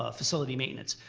ah facility maintenance.